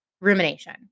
rumination